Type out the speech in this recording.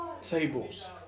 Tables